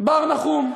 בר נחום,